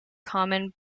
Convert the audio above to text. common